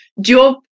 job